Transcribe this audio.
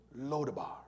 Lodabar